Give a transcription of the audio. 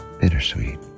Bittersweet